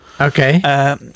okay